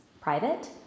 private